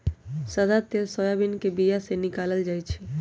सदा तेल सोयाबीन के बीया से निकालल जाइ छै